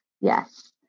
Yes